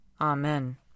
Amen